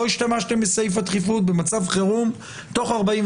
לא השתמשתם בסעיף הדחיפות במצב חירום תוך 48